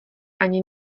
ani